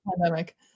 pandemic